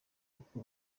kuko